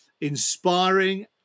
inspiring